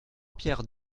pierre